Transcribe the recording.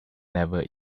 never